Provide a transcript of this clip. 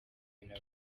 nawe